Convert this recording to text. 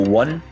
one